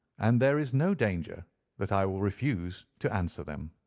and there is no danger that i will refuse to answer them.